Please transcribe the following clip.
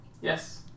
Yes